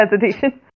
hesitation